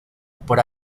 por